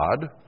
God